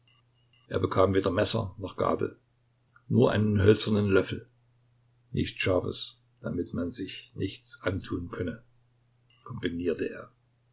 er bekam weder messer noch gabel nur einen hölzernen löffel nichts scharfes damit man sich nichts antun könne kombinierte er